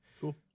Cool